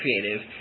creative